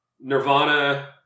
Nirvana